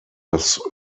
das